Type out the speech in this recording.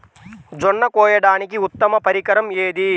జొన్న కోయడానికి ఉత్తమ పరికరం ఏది?